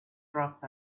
trust